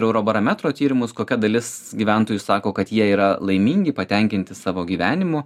eurobarometro tyrimus kokia dalis gyventojų sako kad jie yra laimingi patenkinti savo gyvenimu